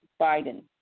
Biden